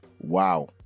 wow